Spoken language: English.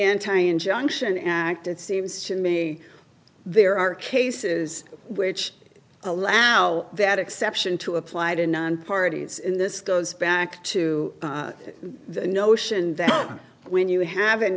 anti injunction act it seems to me there are cases which allow that exception to apply to non parties in this goes back to the notion that when you have an